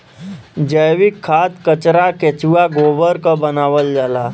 जैविक खाद कचरा केचुआ गोबर क बनावल जाला